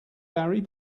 barry